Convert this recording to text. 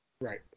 Right